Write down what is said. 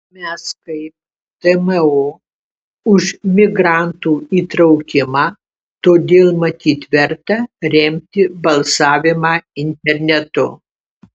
mes kaip tmo už migrantų įtraukimą todėl matyt verta remti balsavimą internetu